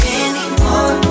anymore